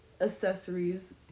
accessories